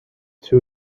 two